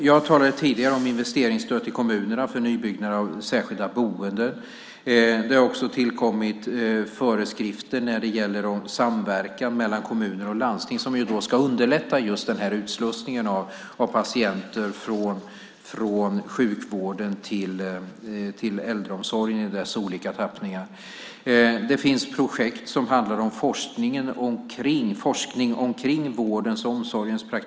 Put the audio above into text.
Jag talade tidigare om investeringsstöd till kommunerna för nybyggnad av särskilda boenden. Det har också tillkommit föreskrifter när det gäller samverkan mellan kommuner och landsting, som ska underlätta utslussningen av patienter från sjukvården till äldreomsorgen i dess olika tappningar. Det finns projekt som handlar om forskning omkring vårdens och omsorgens praktik.